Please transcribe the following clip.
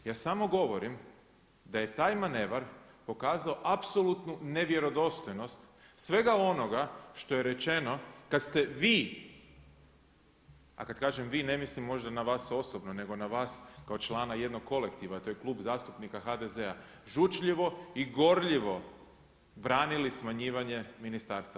Ja samo govorim da je taj manevar pokazao apsolutnu nevjerodostojnost, svega onoga što je rečeno kada ste vi, a kada kažem vi ne mislim možda na vas osobno nego na vas kao člana jednog kolektiva to je Klub zastupnika HDZ-a, žučljivo i gorljivo branili smanjivanje ministarstava.